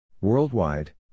Worldwide